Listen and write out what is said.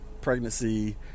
pregnancy